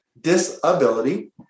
disability